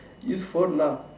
use phone lah